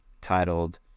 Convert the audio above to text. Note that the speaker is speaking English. titled